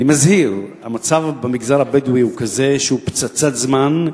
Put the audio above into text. אני מזהיר: המצב במגזר הבדואי הוא כזה שהוא פצצת זמן,